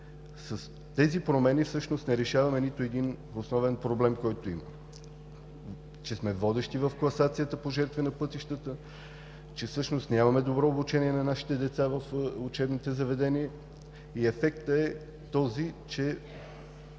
с тези промени всъщност не решаваме нито един основен проблем, който има – че сме водещи в класацията по жертви на пътищата, че всъщност нямаме добро обучение на нашите деца в учебните заведения и ефектът е този, че